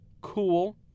cool